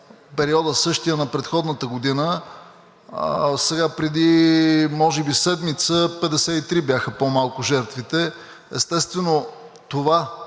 период на предходната година. Преди може би седмица 53 бяха по-малко жертвите. Естествено, това